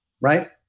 right